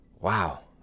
Wow